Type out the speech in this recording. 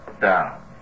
down